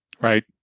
right